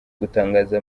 gutangaza